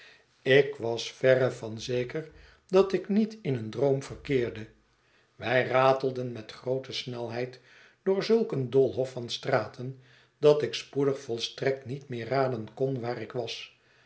ik was verre van zeker dat ik niet in een droom verkeerde wij ratelden met groote snelheid door zulk een doolhof van straten dat ik spoedig volstrekt niet meer raden kon waar ik was